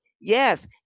yes